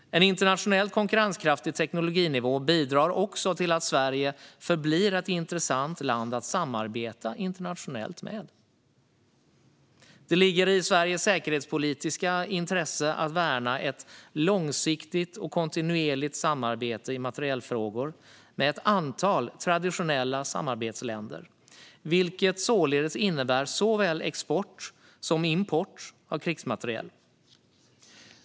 En internationellt konkurrenskraftig tekniknivå bidrar också till att Sverige förblir ett intressant land att samarbeta internationellt med. Det ligger i Sveriges säkerhetspolitiska intresse att värna ett långsiktigt och kontinuerligt samarbete i materielfrågor med ett antal traditionella samarbetsländer, vilket således innebär såväl export som import av krigsmateriel.